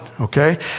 okay